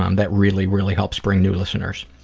um that really, really helps bring new listeners.